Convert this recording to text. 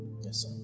Yes